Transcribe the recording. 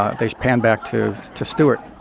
ah they pan back to to stewart.